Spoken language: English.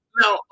now